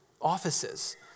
offices